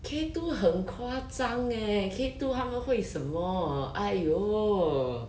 K two 很夸张 eh K two 他们会什么 !aiyo!